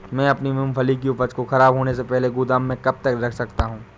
मैं अपनी मूँगफली की उपज को ख़राब होने से पहले गोदाम में कब तक रख सकता हूँ?